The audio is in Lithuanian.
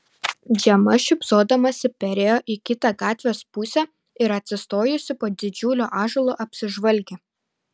džema šypsodamasi perėjo į kitą gatvės pusę ir atsistojusi po didžiuliu ąžuolu apsižvalgė